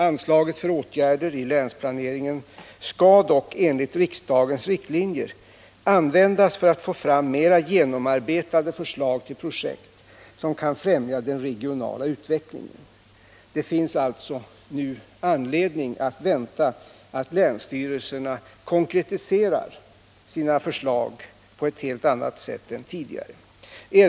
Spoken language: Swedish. Anslaget för åtgärder i länsplaneringen skall dock enligt riksdagens riktlinjer användas för att få fram mer genomarbetade förslag till projekt som kan främja den regionala utvecklingen. Det finns alltså nu anledning att vänta att länsstyrelserna konkretiserar sina förslag på ett helt annat sätt än tidigare.